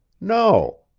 no.